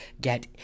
get